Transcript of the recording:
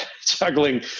juggling